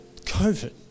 COVID